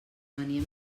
venia